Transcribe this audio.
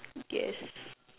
yes